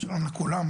שלום לכולם,